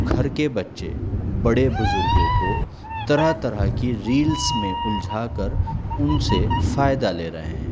گھر کے بچے بڑے بزرگوں کو طرح طرح کی ریلس میں الجھا کر ان سے فائدہ لے رہے ہیں